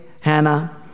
Hannah